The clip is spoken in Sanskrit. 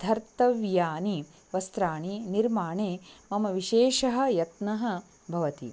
धर्तव्यानि वस्त्राणां निर्माणे मम विशेषः यत्नः भवति